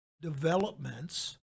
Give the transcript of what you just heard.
developments